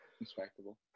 Respectable